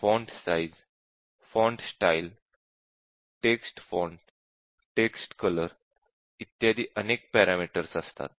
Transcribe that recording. font size font style text font text colour इत्यादी अनेक parameters असतात